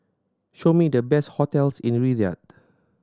show me the best hotels in Riyadh